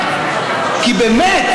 כי באמת,